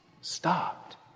stopped